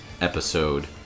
episode